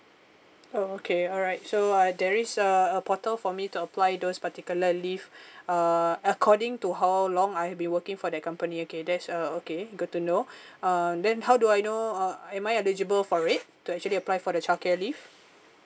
oh okay alright so uh there is uh a portal for me to apply those particular leave uh according to how long I've been working for that company okay there's uh okay good to know um then how do I know uh am I eligible for it to actually apply for the childcare leave